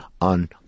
on